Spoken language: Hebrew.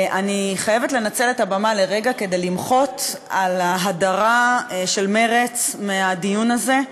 אני חייבת לנצל את הבמה לרגע כדי למחות על ההדרה של מרצ מהדיון הזה.